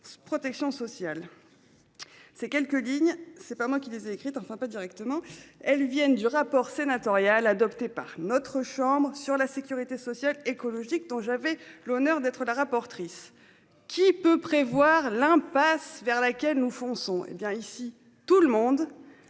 Protection sociale. Ces quelques lignes, c'est pas moi qui les ai écrites enfin pas directement. Elles viennent du rapport sénatorial adopté par notre chambre sur la sécurité sociale, écologique dont j'avais l'honneur d'être là. Rapportrice qui peut prévoir l'impasse vers laquelle nous fonçons hé bien ici tout le monde.